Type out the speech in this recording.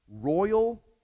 royal